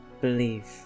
believe